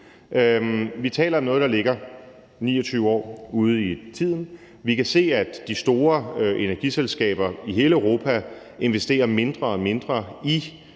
Vi taler om noget, der ligger 29 år ude i tiden. Og vi kan se, at de store energiselskaber i hele Europa investerer mindre og mindre i